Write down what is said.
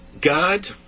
God